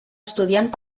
estudiant